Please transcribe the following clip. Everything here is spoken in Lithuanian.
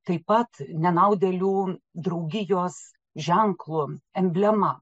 taip pat nenaudėlių draugijos ženklu emblema